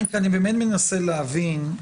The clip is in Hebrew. אני באמת מנסה להבין,